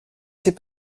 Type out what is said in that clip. ses